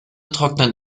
trocknet